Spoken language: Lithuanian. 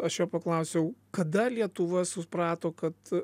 aš jo paklausiau kada lietuva suprato kad